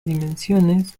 dimensiones